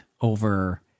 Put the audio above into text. over